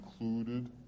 included